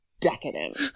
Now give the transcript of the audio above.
decadent